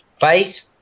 faith